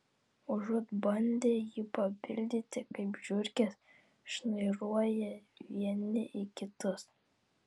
užuot bandę jį papildyti kaip žiurkės šnairuoja vieni į kitus